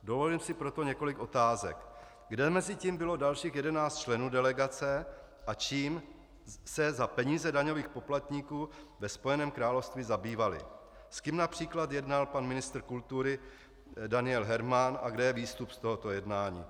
Dovolím si proto několik otázek: Kde mezitím bylo dalších jedenáct členů delegace a čím se za peníze daňových poplatníků ve Spojeném království zabývali: S kým například jednal pan ministr kultury Daniel Herman a kde je výstup z tohoto jednání?